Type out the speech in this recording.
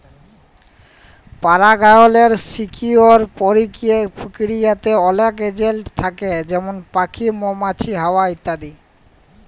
পারাগায়লের সকিরিয় পরকিরিয়াতে অলেক এজেলট থ্যাকে যেমল প্যাখি, মমাছি, হাওয়া ইত্যাদি